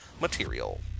Material